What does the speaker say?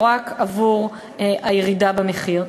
או רק עבור הירידה במחיר.